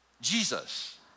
Jesus